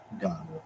God